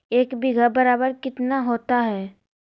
एक बीघा बराबर कितना होता है?